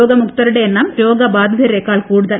രോഗമുക്തരുടെ എണ്ണം രോഗബാധിതരെക്കാൾ കൂടുതൽ